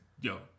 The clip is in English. yo